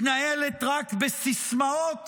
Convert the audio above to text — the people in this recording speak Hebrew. מתנהלת רק בסיסמאות